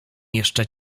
jeszcze